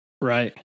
Right